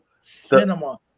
Cinema